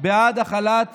בעד החלת